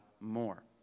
more